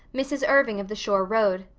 mrs. irving of the shore road.